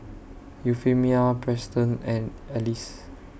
Euphemia Preston and Alize